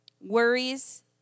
worries